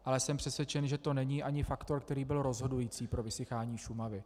Ale jsem přesvědčen, že to není ani faktor, který byl rozhodující pro vysychání Šumavy.